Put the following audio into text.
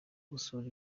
gusura